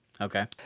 Okay